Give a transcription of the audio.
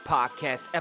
Podcast